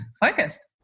focused